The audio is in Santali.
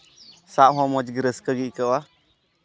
ᱥᱟᱵ ᱦᱚᱸ ᱢᱚᱡᱽ ᱜᱮ ᱨᱟᱹᱥᱠᱟᱹ ᱜᱮ ᱟᱹᱭᱠᱟᱹᱣᱟ